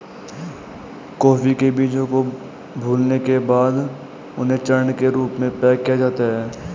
coffee के बीजों को भूलने के बाद उन्हें चूर्ण के रूप में पैक किया जाता है